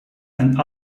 and